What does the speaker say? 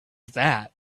that